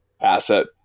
Asset